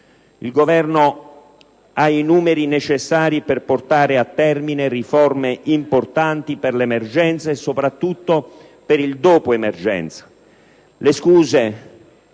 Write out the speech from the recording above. Il Governo ha i numeri necessari per portare a termine riforme importanti per l'emergenza e soprattutto per il dopo emergenza. Le scuse